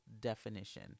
definition